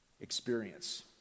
experience